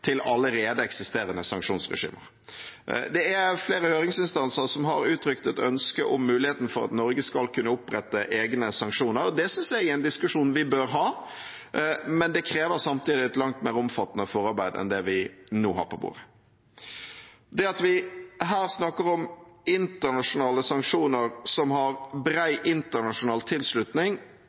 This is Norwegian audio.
til allerede eksisterende sanksjonsregimer. Det er flere høringsinstanser som har uttrykt et ønske om muligheten for at Norge skal kunne opprette egne sanksjoner. Det synes jeg er en diskusjon vi bør ha. Men det krever samtidig et langt mer omfattende forarbeid enn det vi nå har på bordet. At vi her snakker om internasjonale sanksjoner som har bred internasjonal tilslutning,